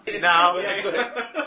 Now